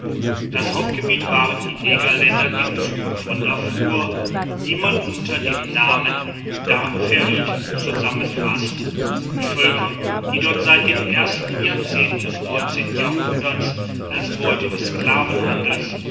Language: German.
das hauptgebiet waren die negerländer im süden von darfur die man unter dem namen dar fertit zusammenfaßt die völker die dort seit den ersten jahrzehnten des jahrhunderts als beute des